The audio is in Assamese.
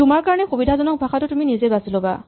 তোমাৰ কাৰণে সুবিধাজনক ভাযাটো তুমি নিজেই বাচি ল'বা